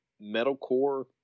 metalcore